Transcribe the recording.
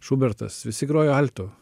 šubertas visi grojo altu